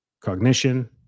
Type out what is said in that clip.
cognition